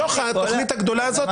מתוך התוכנית הגדולה הזאת.